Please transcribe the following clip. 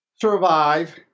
survive